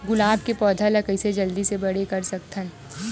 गुलाब के पौधा ल कइसे जल्दी से बड़े कर सकथन?